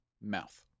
mouth